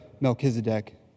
Melchizedek